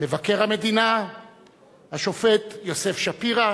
מבקר המדינה השופט יוסף שפירא,